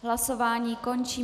Hlasování končím.